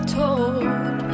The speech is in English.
told